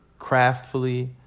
craftfully